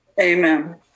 Amen